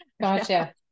Gotcha